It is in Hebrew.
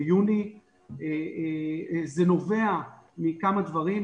זה נובע מכמה דברים.